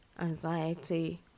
anxiety